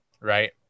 right